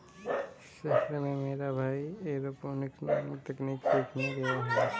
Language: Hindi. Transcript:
शहर में मेरा भाई एरोपोनिक्स नामक तकनीक सीखने गया है